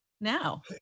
now